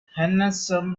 henderson